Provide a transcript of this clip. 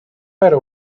para